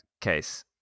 case